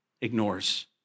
ignores